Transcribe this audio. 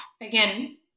again